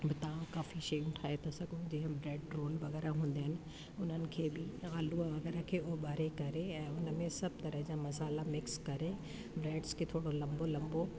बि तव्हां काफ़ी शयूं ठाहे त सघो जीअं ब्रेड रोल वग़ैरह हूंदा आहिनि उन्हनि खे आलूअ वग़ैरह खे उबारे करे ऐं हुनमें सभु तरह जा मसाला मिक्स करे ब्रेड्स खे थोरो लंबो लंबो